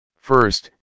first